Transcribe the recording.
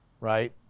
right